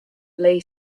lay